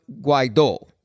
Guaido